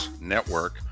Network